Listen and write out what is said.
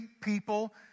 people